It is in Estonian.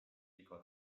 viga